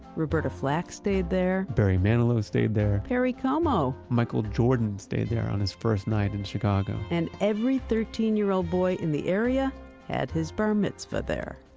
roberta flack stayed there barry manilow stayed there perry como! michael jordan stayed there on his first night in chicago and every thirteen year old boy in the area had their bar mitzvah there